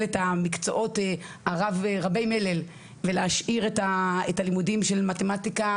את המקצועות רבי המלל ולהשאיר את הלימודים של מתמטיקה,